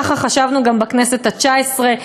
ככה חשבנו גם בכנסת התשע-עשרה,